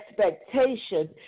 expectation